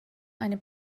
eine